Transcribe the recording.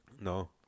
No